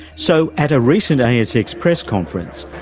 so at a recent asx press conference,